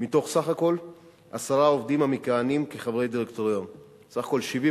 מתוך עשרה עובדים בסך הכול המכהנים כחברי הדירקטוריונים,